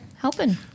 helping